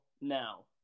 now